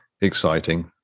exciting